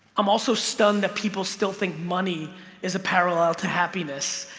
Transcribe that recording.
i'm also stunned that people still think money is a parallel to happiness,